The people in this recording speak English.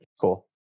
Cool